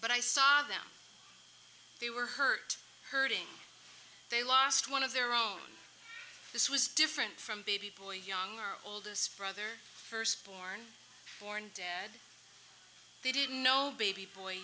but i saw them they were hurt hurting they lost one of their own this was different from baby boy young our oldest brother first born born dead they didn't know baby boy